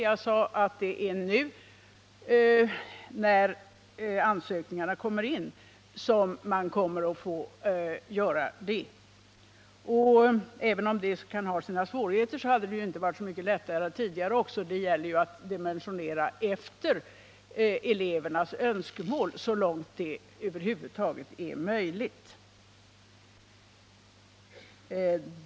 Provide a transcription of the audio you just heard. Jag sade att det är nu, när ansökningarna kommer in, som jag anser att det bör göras. Och även om detta medför vissa svårigheter nu, hade det inte varit särskilt mycket lättare tidigare heller, eftersom det gäller att dimensionera skolan efter elevernas önskemål så långt som det över huvud taget är möjligt.